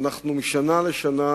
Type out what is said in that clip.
ומשנה לשנה